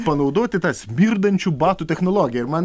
panaudoti tą smirdančių batų technologiją ir man